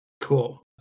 cool